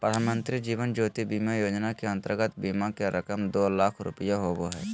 प्रधानमंत्री जीवन ज्योति बीमा योजना के अंतर्गत बीमा के रकम दो लाख रुपया होबो हइ